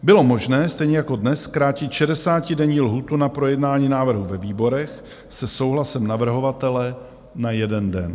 Bylo možné stejně jako dnes zkrátit šedesátidenní lhůtu na projednání návrhů ve výborech se souhlasem navrhovatele na jeden den.